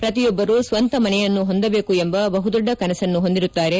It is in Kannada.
ಪ್ರತಿಯೊಬ್ಲರು ಸ್ತಂತ ಮನೆಯನ್ನು ಹೊಂದಬೇಕು ಎಂಬ ಬಹುದೊಡ್ಡ ಕನಸನ್ನು ಹೊಂದಿರುತ್ತಾರೆ